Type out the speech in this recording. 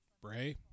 Bray